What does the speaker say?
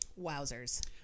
wowzers